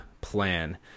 plan